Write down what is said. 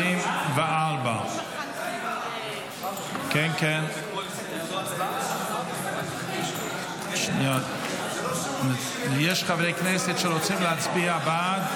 2024. יש חברי כנסת שרוצים להצביע בעד,